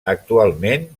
actualment